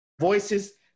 voices